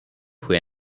ହୁଏ